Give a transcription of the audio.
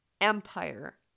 empire